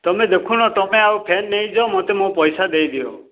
ତୁମେ ଦେଖୁନ ତୁମେ ଆଉ ଫ୍ୟାନ୍ ନେଇ ଯାଅ ମୋତେ ମୋ ପଇସା ଦେଇ ଦିଅ